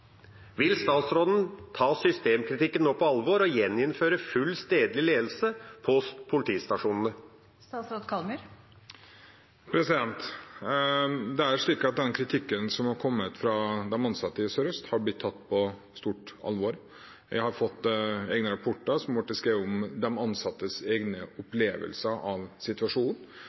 Vil statsråden nå ta systemkritikken på alvor og gjeninnføre full stedlig ledelse på politistasjonene? Den kritikken som er kommet fra de ansatte i Sør-Øst politidistrikt, er blitt tatt på stort alvor. Det er skrevet en rapport som jeg har fått, om de ansattes egne opplevelser av situasjonen.